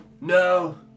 No